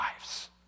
lives